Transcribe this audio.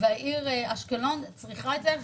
והעיר אשקלון צריכה את זה.